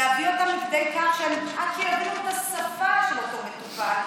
להביא אותם לידי כך שעד שהם יבינו את השפה של אותו מטופל,